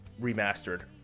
remastered